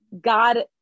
God